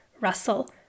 Russell